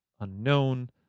unknown